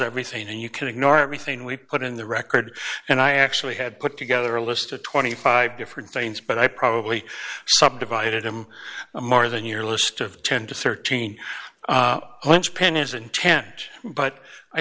everything and you can ignore everything we put in the record and i actually had put together a list of twenty five different things but i probably subdivided him more than your list of ten to thirteen